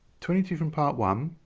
twenty two from part one